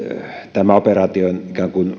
tämän operaation